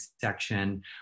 section